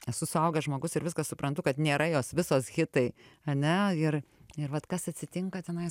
esu suaugęs žmogus ir viską suprantu kad nėra jos visos hitai ane ir ir vat kas atsitinka tenais